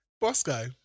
Bosco